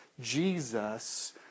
Jesus